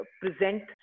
present